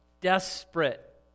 desperate